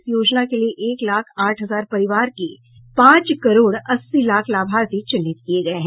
इस योजना के लिए एक लाख आठ हजार परिवार के पांच करोड़ अस्सी लाख लाभार्थी चिन्हित किये गये हैं